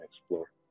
explore